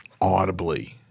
audibly